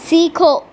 سیکھو